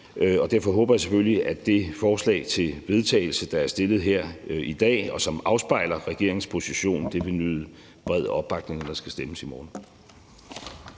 og derfor håber jeg selvfølgelig, at det forslag til vedtagelse, der er stillet her i dag, og som afspejler regeringens position, vil nyde bred opbakning, når der skal stemmes i morgen.